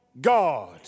God